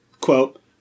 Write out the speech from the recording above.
quote